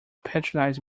patronize